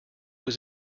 was